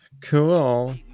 cool